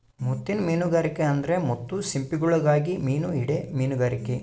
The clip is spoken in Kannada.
ಮುತ್ತಿನ್ ಮೀನುಗಾರಿಕೆ ಅಂದ್ರ ಮುತ್ತು ಸಿಂಪಿಗುಳುಗಾಗಿ ಮೀನು ಹಿಡೇ ಮೀನುಗಾರಿಕೆ